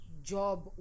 job